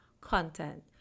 content